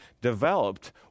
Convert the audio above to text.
developed